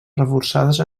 reforçades